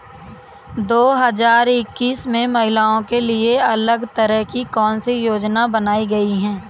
दो हजार इक्कीस में महिलाओं के लिए अलग तरह की कौन सी योजना बनाई गई है?